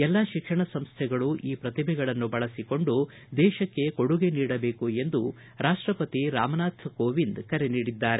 ಎಲ್ಲಾ ಶಿಕ್ಷಣ ಸಂಸೈಗಳು ಈ ಪ್ರತಿಭೆಗಳನ್ನು ಬಳಸಿಕೊಂಡು ದೇಶಕ್ಕೆ ಕೊಡುಗೆ ನೀಡಬೇಕು ಎಂದು ರಾಷ್ಟಪತಿ ರಾಮನಾಥ್ ಕೋವಿಂದ್ ಕರೆ ನೀಡಿದ್ದಾರೆ